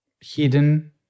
hidden